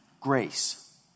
grace